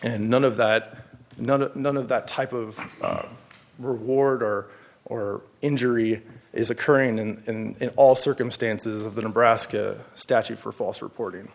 and none of that none none of that type of reward or or injury is occurring in all circumstances of the nebraska statute for false reporting